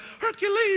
Hercules